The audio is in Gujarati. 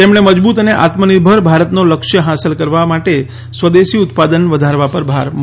તેમણે મજબૂત અને આત્મનિર્ભર ભારતનો લક્ષ્ય હાંસલ કરવા માટે સ્વદેશી ઉત્પાદન વધારવા પર ભાર મૂક્યો છે